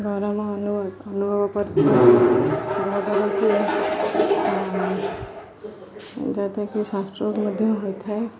ଗରମ ଅନୁଭବ କରିଥାଏ ଯାହାଦ୍ୱାରା କିି ମଧ୍ୟ ହୋଇଥାଏ